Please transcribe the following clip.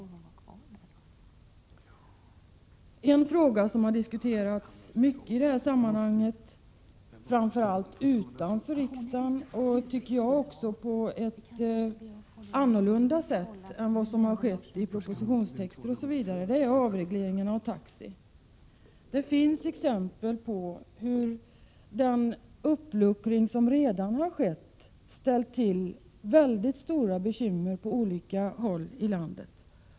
Avregleringen av taxi är en fråga som har diskuterats mycket — framför allt utanför riksdagen, och på ett enligt min mening annorlunda sätt än vad som har skett i propositionstexter etc. Det finns exempel på att den uppluckring som redan skett har ställt till väldigt stora bekymmer på olika håll i landet.